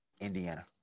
Indiana